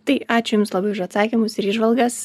tai ačiū jums labai už atsakymus ir įžvalgas